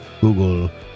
google